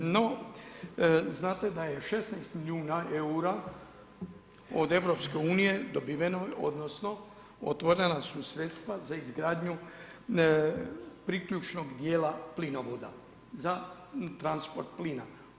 No, znate da je 16 milijuna eura od EU-a dobiveno odnosno otvorena su sredstva za izgradnju priključnog djela plinovoda za transport plina.